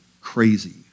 crazy